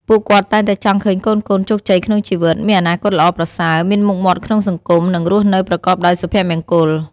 ពួកគាត់តែងតែចង់ឃើញកូនៗ ជោគជ័យក្នុងជីវិត មានអនាគតល្អប្រសើរ មានមុខមាត់ក្នុងសង្គម និងរស់នៅប្រកបដោយសុភមង្គល។